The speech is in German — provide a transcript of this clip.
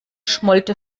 schmollte